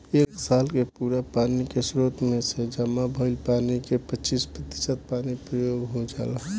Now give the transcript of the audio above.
एक साल के पूरा पानी के स्रोत में से जामा भईल पानी के पच्चीस प्रतिशत पानी प्रयोग हो जाला